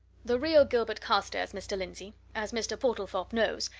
the real gilbert carstairs, mr. lindsey, as mr. portlethorpe knows,